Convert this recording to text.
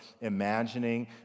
imagining